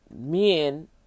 men